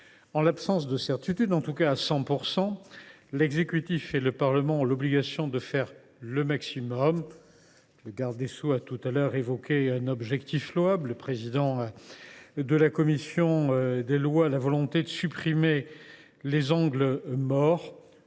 En l’absence de totale certitude, l’exécutif et le Parlement ont l’obligation de faire le maximum. Le garde des sceaux a tout à l’heure évoqué un objectif louable ; tout comme le président de la commission des lois, il a la volonté de supprimer les angles morts.